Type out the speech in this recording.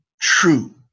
true